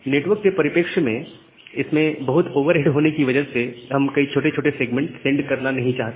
network के परिप्रेक्ष्य से इसमें बहुत ओवरहेड होने की वजह से हम कई छोटे छोटे सेगमेंट सेंड करना नहीं चाहते